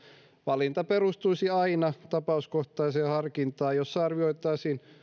valinta perustuisi aina tapauskohtaiseen harkintaan jossa arvioitaisiin